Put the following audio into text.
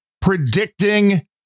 predicting